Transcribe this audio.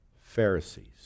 Pharisees